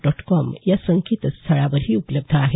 dot com या संकेतस्थळावरही उपलब्ध आहे